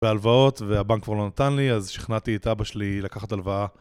והלוואות והבנק כבר לא נתן לי אז שכנעתי את אבא שלי לקחת הלוואה